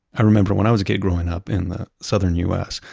i remember when i was a kid growing up in the southern us,